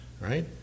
right